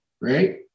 right